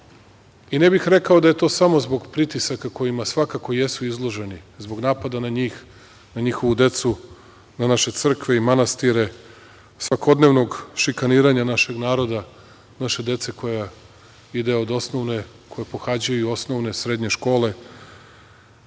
I ne bih rekao da je to samo zbog pritisaka kojima svakako jesu izloženi, zbog napada na njih, na njihovu decu, na naše crkve i manastire, svakodnevnog šikaniranja našeg naroda, naše dece, koja pohađaju osnovne, srednje škole,